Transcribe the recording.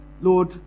Lord